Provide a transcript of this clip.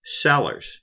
sellers